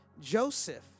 Joseph